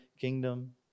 kingdom